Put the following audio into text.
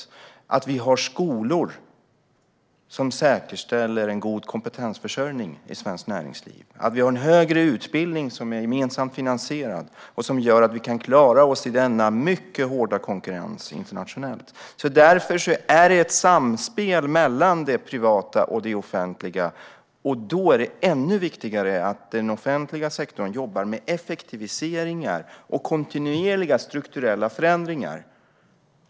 Företagen kräver att vi har skolor som säkerställer en god kompetensförsörjning i svenskt näringsliv och att vi har en högre utbildning som är gemensamt finansierad och som gör att vi kan klara oss i en mycket hård internationell konkurrens. Det är ett samspel mellan det privata och det offentliga. Då är det ännu viktigare att den offentliga sektorn jobbar med effektiviseringar och kontinuerliga strukturella förändringar.